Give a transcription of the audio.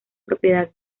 propiedad